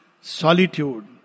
solitude